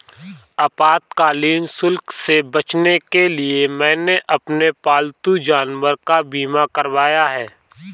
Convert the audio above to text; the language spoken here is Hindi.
आपातकालीन शुल्क से बचने के लिए मैंने अपने पालतू जानवर का बीमा करवाया है